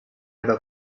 era